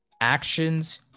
actions